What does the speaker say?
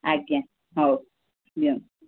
ଆଜ୍ଞା ହଉ ଦିଅନ୍ତୁ